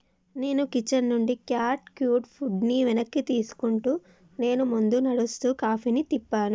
నేను కిచెన్ నుండి cat cute ఫుడ్ని వెనక్కి తీసుకుంటూ నేను ముందు నడుస్తూ కాఫీని తిప్పాను